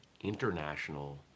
international